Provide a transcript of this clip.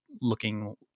looking